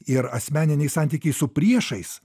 ir asmeniniai santykiai su priešais